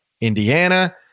indiana